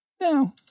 No